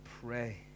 pray